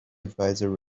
adviser